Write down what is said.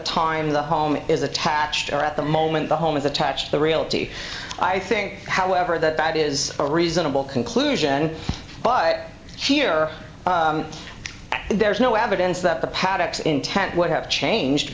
time the home is attached or at the moment the home is attached the realty i think however that that is a reasonable conclusion but here there is no evidence that the paddocks intent would have changed